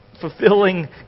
fulfilling